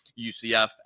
UCF